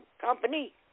company